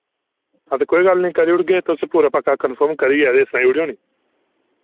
हां ते कोई गल्ल निं करी ओड़गे तुस पूरा पक्का कन्फर्म करियै ते सनाई ओड़ेओ निं